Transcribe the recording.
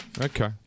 Okay